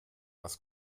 was